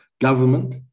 government